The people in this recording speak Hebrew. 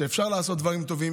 שאפשר לעשות דברים טובים